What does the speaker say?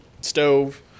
stove